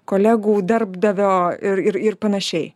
kolegų darbdavio ir ir ir panašiai